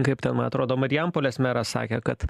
kaip ten man atrodo marijampolės meras sakė kad